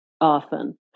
often